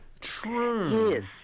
True